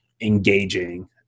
engaging